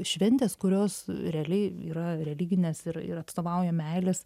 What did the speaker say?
šventės kurios realiai yra religinės ir ir atstovauja meilės